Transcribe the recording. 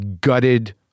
gutted